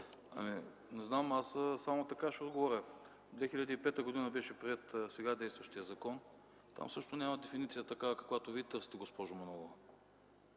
Аз само така ще отговаря – 2005 г. беше приет сега действащият закон. Там също няма дефиниция такава, каквото Вие търсите, госпожо Манолова.